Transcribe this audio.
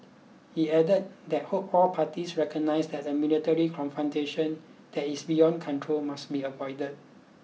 he added that hoped all parties recognise that the military confrontation that is beyond control must be avoided